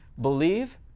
believe